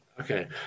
Okay